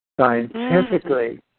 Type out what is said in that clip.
Scientifically